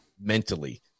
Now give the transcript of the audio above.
Mentally